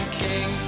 king